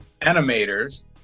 animators